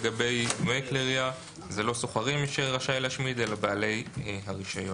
לגבי דמויי כלי ירייה זה לא סוחרים שרשאים להשמיד אלא בעלי הרישיון.